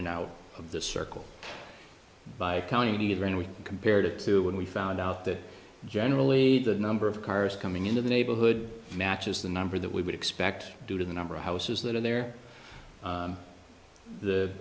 and out of the circle by county neither and we compared it to when we found out that generally the number of cars coming into the neighborhood matches the number that we would expect due to the number of houses that are there